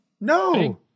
no